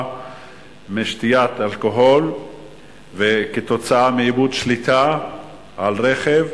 של שתיית אלכוהול ותוצאה של איבוד שליטה על רכב,